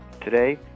Today